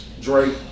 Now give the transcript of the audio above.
Drake